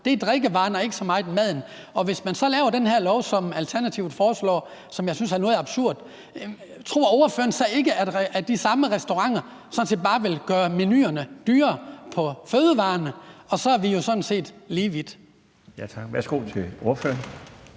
på drikkevarerne og ikke så meget maden. Hvis man laver den her lov, som Alternativet foreslår, og som jeg synes er noget absurd, tror ordføreren så ikke, at de samme restauranter sådan set bare vil gøre menuerne dyrere, hvad angår fødevarerne? Og så er vi jo sådan set lige vidt. Kl. 15:10 Den fg. formand